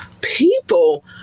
People